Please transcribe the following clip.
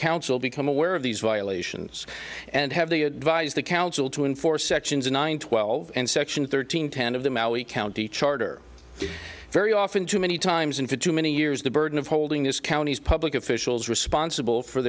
council become aware of these violations and have the advisory council to enforce sections nine twelve and section thirteen ten of the mallee county charter very often too many times and for too many years the burden of holding this county's public officials responsible for